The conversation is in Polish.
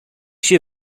się